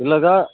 இல்லைக்கா